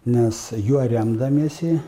nes juo remdamiesi